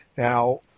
Now